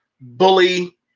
bully